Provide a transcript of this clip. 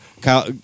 Kyle